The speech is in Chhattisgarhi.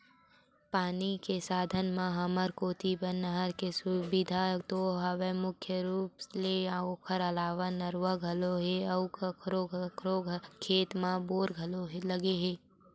पानी के साधन म हमर कोती बर नहर के सुबिधा तो हवय मुख्य रुप ले ओखर अलावा नरूवा घलोक हे अउ कखरो कखरो खेत म बोर घलोक लगे हे